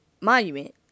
monument